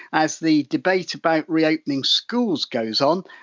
as the debate about reopening schools goes on,